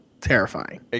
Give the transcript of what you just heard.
terrifying